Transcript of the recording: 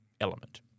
element